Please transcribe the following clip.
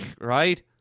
Right